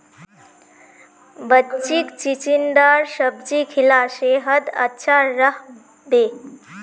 बच्चीक चिचिण्डार सब्जी खिला सेहद अच्छा रह बे